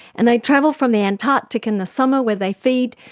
and they travel from the antarctic in the summer where they feed,